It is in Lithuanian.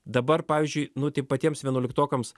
dabar pavyzdžiui nu tai patiems vienuoliktokams